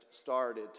started